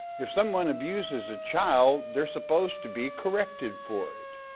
if someone abuses a child, they're supposed to be corrected for it.